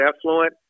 effluent